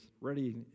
ready